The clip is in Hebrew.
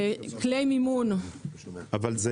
אבל זה כלי מאוד חשוב, אם הוא